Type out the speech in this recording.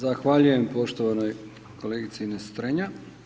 Zahvaljujem poštovanoj kolegici Ines Strenja.